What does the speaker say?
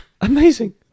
amazing